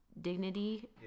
dignity